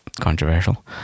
controversial